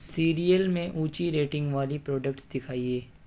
cereal میں اونچی rating والی پروڈکٹس دکھائیے